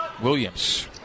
Williams